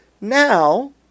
Now